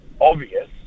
obvious